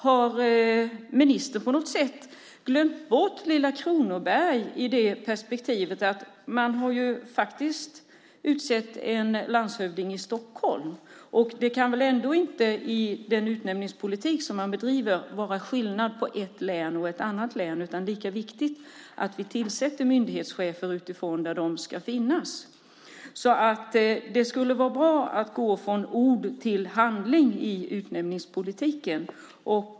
Har ministern på något sätt glömt bort lilla Kronoberg i det perspektivet? Man har faktiskt utsett en landshövding i Stockholm. Det kan väl ändå inte i den utnämningspolitik som man bedriver vara skillnad på ett län och ett annat län. Det är lika viktigt att vi tillsätter myndighetschefer utifrån där de ska finnas. Det skulle vara bra att gå från ord till handling i utnämningspolitiken.